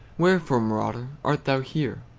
wherefore, marauder, art thou here?